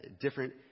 different